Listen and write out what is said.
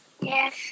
Yes